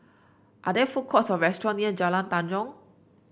are there food courts or restaurant near Jalan Tanjong